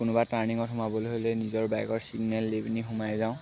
কোনোবা টাৰ্ণিঙত সোমাবলৈ হ'লে নিজৰ বাইকৰ ছিগনেল দি পিনি সোমাই যাওঁ